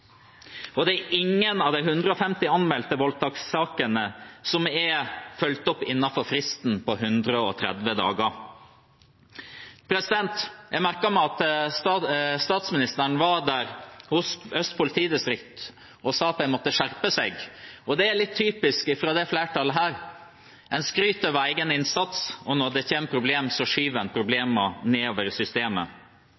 og det er ingen av de 150 anmeldte voldtektssakene som er fulgt opp innenfor fristen på 130 dager. Jeg merket meg at statsministeren var hos Øst politidistrikt og sa at de måtte skjerpe seg. Det er litt typisk fra dette flertallet. En skryter av egen innsats, og når det kommer problemer, skyver en